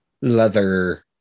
leather